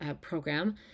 Program